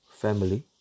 family